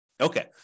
Okay